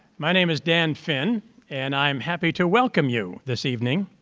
my name is dan finn and i'm happy to welcome you this evening.